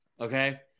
okay